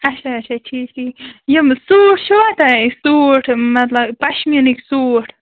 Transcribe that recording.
اَچھا اَچھا ٹھیٖک ٹھیٖک یِم سوٗٹھ چھِوا تۄہہِ سوٗٹ مَطلَب پَشمیٖنٕکۍ سوٗٹ